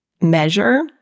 measure